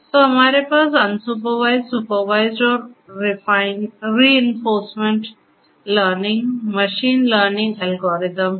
तो हमारे पास अनसुपरवाइज्ड सुपरवाइज्ड और reinforcement learning machine learning algorithm है